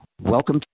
welcome